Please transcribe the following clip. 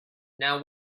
now